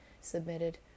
submitted